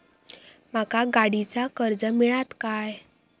माका गाडीचा कर्ज मिळात काय?